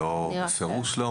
בפירוש לא.